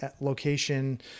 location